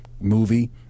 movie